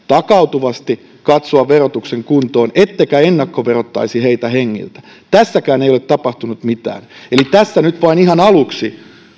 takautuvasti katsoa verotuksen kuntoon älkääkä ennakkoverottako heitä hengiltä tässäkään ei ole tapahtunut mitään eli tässä nyt vain ihan aluksi